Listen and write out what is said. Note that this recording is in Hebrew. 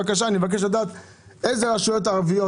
גם שאינן ערביות,